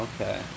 Okay